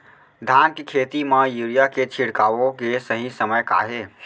धान के खेती मा यूरिया के छिड़काओ के सही समय का हे?